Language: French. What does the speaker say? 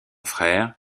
frère